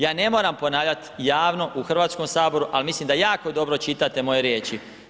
Ja ne moram ponavljati javno u Hrvatskom saboru a mislim da jako dobro čitate moje riječi.